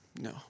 No